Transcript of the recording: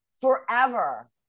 Forever